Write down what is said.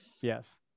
Yes